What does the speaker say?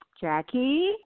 Jackie